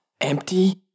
empty